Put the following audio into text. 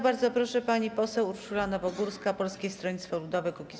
Bardzo proszę, pani poseł Urszula Nowogórska, Polskie Stronnictwo Ludowe - Kukiz15.